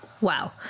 Wow